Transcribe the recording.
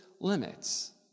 limits